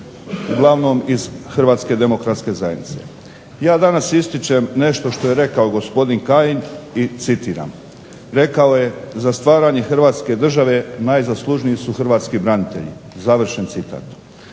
uglavnom iz Hrvatske demokratske zajednice. Ja danas ističem nešto što je rekao gospodin Kajin i citiram, rekao je: "za stvaranje Hrvatske države najzaslužniji su hrvatski branitelji". Damire rekli